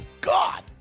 god